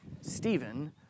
Stephen